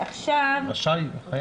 לא רשאי, חייב.